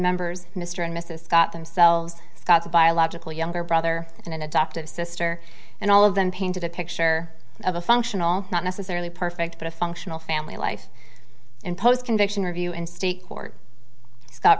members mr and mrs scott themselves scott's biological younger brother and an adoptive sister and all of them painted a picture of a functional not necessarily perfect but a functional family life in post conviction review in state court scott